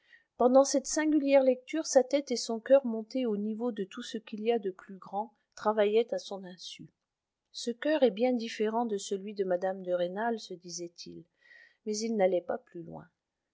pendant cette singulière lecture sa tête et son coeur montés au niveau de tout ce qu'il y à de plus grand travaillaient à son insu ce coeur est bien différent de celui de mme de rênal se disait-il mais il n'allait pas plus loin